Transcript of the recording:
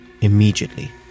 Immediately